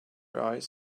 eyes